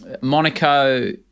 Monaco